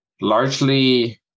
largely